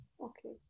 Okay